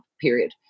period